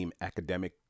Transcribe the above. academic